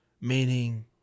Meaning